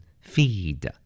Feed